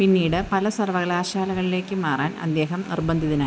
പിന്നീട് പല സർവകലാശാലകളിലേക്കും മാറാൻ അദ്ദേഹം നിർബന്ധിതനായി